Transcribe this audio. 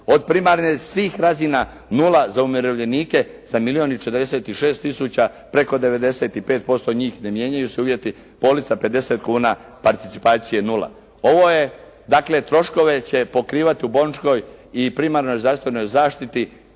od primarne, svih razina, nula za umirovljenike za milijun i 46 tisuća, preko 95% njih ne mijenjaju se uvjeti, polica 50 kuna, participacije nula. Dakle, troškove će pokrivati u bolničkoj i primarnoj zdravstvenoj zaštiti